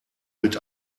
mit